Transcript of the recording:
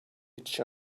each